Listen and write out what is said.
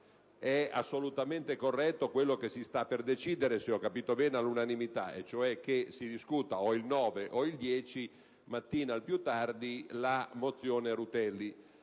è assolutamente corretto quello che si sta per decidere, se ho capito bene, all'unanimità: cioè che si discuta o il 9 o al più tardi il 10 mattina la mozione Rutelli.